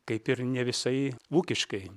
kaip ir ne visai ūkiškai